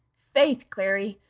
faith, clary,